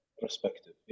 perspective